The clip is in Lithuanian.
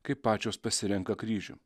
kai pačios pasirenka kryžių